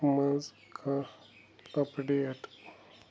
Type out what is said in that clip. منٛز کانٛہہ اَپڈیٹ